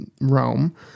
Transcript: Rome